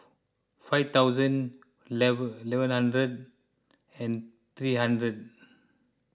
five thousand eleven eleven hundred and three hundred